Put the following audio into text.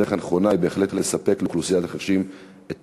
הדרך הנכונה היא בהחלט לספק לאוכלוסיית החירשים את